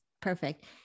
perfect